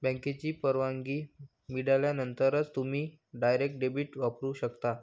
बँकेची परवानगी मिळाल्यानंतरच तुम्ही डायरेक्ट डेबिट वापरू शकता